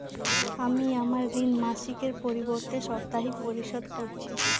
আমি আমার ঋণ মাসিকের পরিবর্তে সাপ্তাহিক পরিশোধ করছি